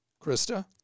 Krista